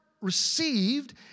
received